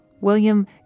William